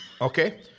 okay